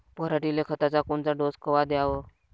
पऱ्हाटीले खताचा कोनचा डोस कवा द्याव?